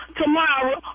tomorrow